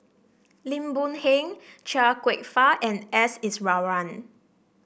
Lim Boon Heng Chia Kwek Fah and S Iswaran